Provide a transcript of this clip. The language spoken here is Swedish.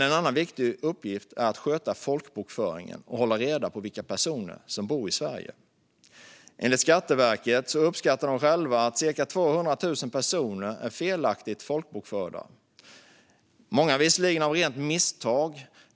En viktig uppgift är att sköta folkbokföringen och hålla reda på vilka personer som bor i Sverige. Skatteverket uppskattar själva att cirka 200 000 personer är felaktigt folkbokförda. I många fall beror det visserligen på rena misstag.